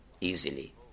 easily